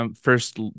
first